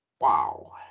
Wow